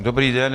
Dobrý den.